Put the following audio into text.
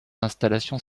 installations